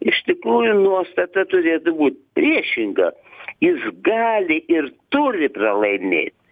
iš tikrųjų nuostata turėtų būt priešinga jis gali ir turi pralaimėt